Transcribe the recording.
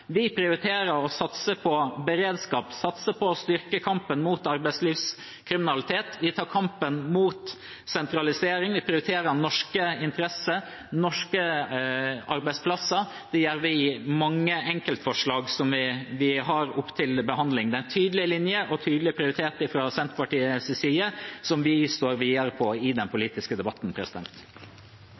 Vi prioriterer å satse på beredskap og styrking av kampen mot arbeidslivskriminalitet. Vi tar kampen mot sentralisering. Vi prioriterer norske interesser, norske arbeidsplasser. Det gjør vi i mange enkeltforslag vi har oppe til behandling. Det er en tydelig linje og en tydelig prioritering fra Senterpartiets side, som vi står på videre i den politiske debatten.